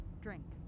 drink